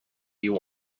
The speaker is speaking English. you